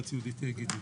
גברת יהודית גידלי.